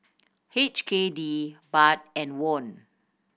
H K D Baht and Won